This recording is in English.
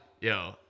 Yo